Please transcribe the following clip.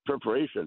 preparation